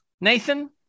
Nathan